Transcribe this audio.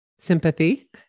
sympathy